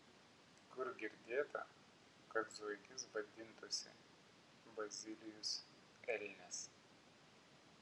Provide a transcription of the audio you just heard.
kur girdėta kad zuikis vadintųsi bazilijus elnias